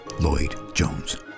Lloyd-Jones